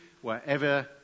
wherever